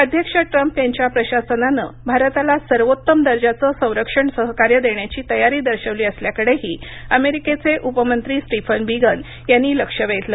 अध्यक्ष ट्रम्प यांच्या प्रशासनानं भारताला सर्वोत्तम दर्जाचं संरक्षण सहकार्य देण्याची तयारी दर्शवली असल्याकडेही अमेरिकेचे उपमंत्री स्टीफन बीगन यांनी लक्ष वेधलं